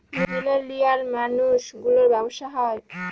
millennial মানুষ গুলোর ব্যাবসা হয়